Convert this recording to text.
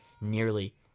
nearly